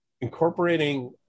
incorporating